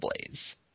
Blaze